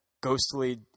ghostly